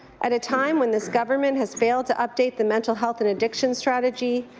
at a time when this government has failed to update the mental health and addictions strategy,